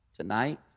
tonight